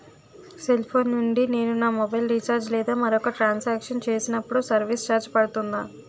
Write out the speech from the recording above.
Cell phone నుండి నేను నా మొబైల్ రీఛార్జ్ లేదా మరొక ట్రాన్ సాంక్షన్ చేసినప్పుడు సర్విస్ ఛార్జ్ పడుతుందా?